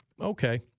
okay